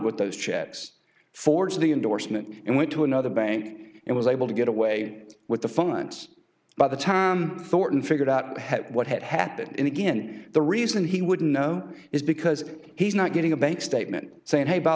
with those checks forged the endorsement and went to another bank and was able to get away with the funds by the time thought and figured out what had happened and again the reason he wouldn't know is because he's not getting a bank statement saying hey by